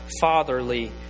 fatherly